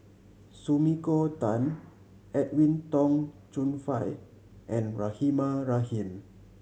Sumiko Tan Edwin Tong Chun Fai and Rahimah Rahim